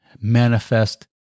manifest